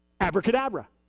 Abracadabra